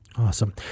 Awesome